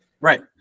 Right